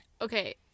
Okay